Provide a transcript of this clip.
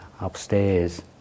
upstairs